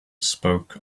spoke